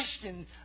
question